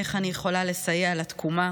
איך אני יכולה לסייע לתקומה